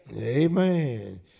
amen